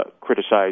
criticized